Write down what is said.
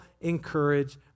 encourage